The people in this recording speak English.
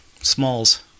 Smalls